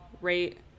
rate